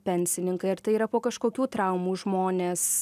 pensininkai ar tai yra po kažkokių traumų žmonės